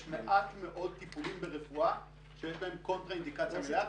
יש מעט מאוד טיפולים ברפואה שיש להם קונטרה אינדיקציה מלאה,